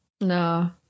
No